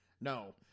No